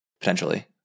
potentially